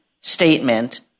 statement